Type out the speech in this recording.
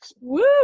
Woo